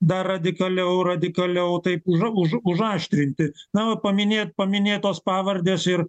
dar radikaliau radikaliau taip uža užu užaštrinti na o paminėt paminėtos pavardės ir